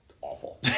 awful